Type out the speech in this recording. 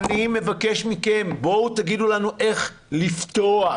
אני מבקש מכם בואו תגידו לנו איך לפתוח,